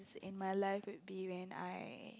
is in my life would be when I